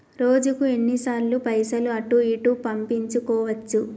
రోజుకు ఎన్ని సార్లు పైసలు అటూ ఇటూ పంపించుకోవచ్చు?